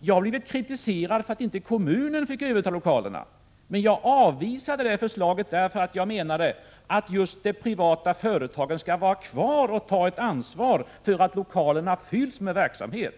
Jag har blivit kritiserad för att inte kommunen fick överta lokalerna, men jag avvisade det förslaget därför att jag menade att just de privata företagen skall vara kvar och ta ett ansvar för att lokalerna fylls med verksamhet.